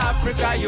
Africa